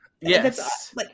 Yes